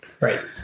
Right